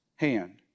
hand